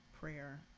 Prayer